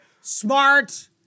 smart